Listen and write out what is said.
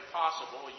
possible